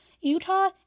Utah